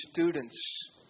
students